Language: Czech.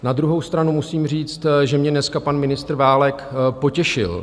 Na druhou stranu musím říct, že mě dneska pan ministr Válek potěšil.